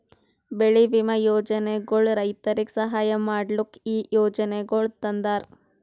ಬೆಳಿ ವಿಮಾ ಯೋಜನೆಗೊಳ್ ರೈತುರಿಗ್ ಸಹಾಯ ಮಾಡ್ಲುಕ್ ಈ ಯೋಜನೆಗೊಳ್ ತಂದಾರ್